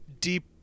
deep